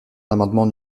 l’amendement